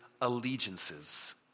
allegiances